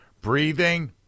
Breathing